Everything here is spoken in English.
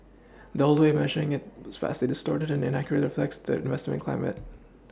the old way of measuring at vastly distorted and inaccurately reflects the investment climate